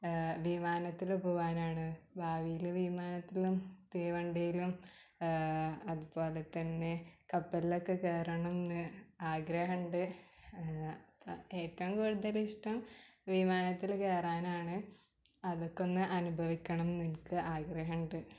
വിമാനത്തിൽ പോവാനാണ് ഭാവിയിൽ വിമാനത്തിലും തീവണ്ടിയിലും അതുപോലെ തന്നെ കപ്പലിലൊക്കെ കയറണമെന്ന് ആഗ്രഹമുണ്ട് ഏറ്റവും കൂടുതൽ ഇഷ്ടം വിമാനത്താവളത്തിൽ കയറാനാണ് അതൊക്കെ ഒന്ന് അനുഭവിക്കണമെന്ന് എനിക്ക് ആഗ്രഹം ഉണ്ട്